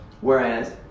Whereas